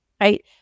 right